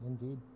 indeed